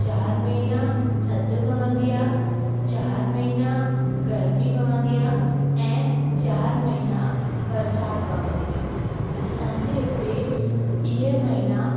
चार महिना थधि पवंदी आहे चार महिना गर्मी पवंदी आहे ऐं चार महिना बरसाति पवंदी आहे असांजे हिते इहे महिना